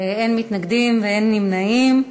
אין מתנגדים ואין נמנעים.